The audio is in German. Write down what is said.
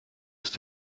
ist